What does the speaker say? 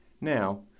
Now